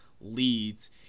leads